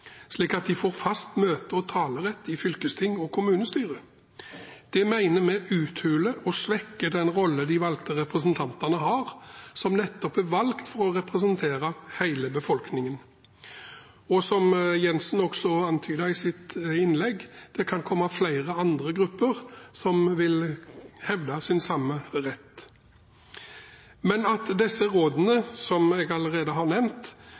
at de får fast møte- og talerett i fylkesting og kommunestyrer. Det mener vi uthuler og svekker den rollen de valgte representantene har, som nettopp er valgt for å representere hele befolkningen. Og som representanten Jenssen antydet i sitt innlegg, kan det komme flere andre grupper som vil hevde samme rett. At disse rådene, som jeg allerede har nevnt,